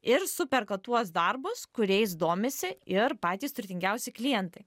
ir superka tuos darbus kuriais domisi ir patys turtingiausi klientai